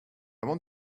want